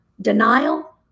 denial